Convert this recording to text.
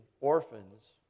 orphans